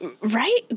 Right